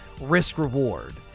risk-reward